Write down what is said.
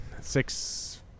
Six